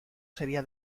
sería